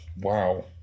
Wow